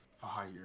fire